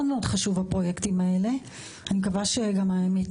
הפרויקטים האלה מאוד מאוד חשובים.